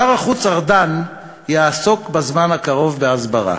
שר החוץ ארדן יעסוק בזמן הקרוב בהסברה,